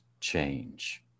change